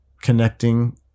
connecting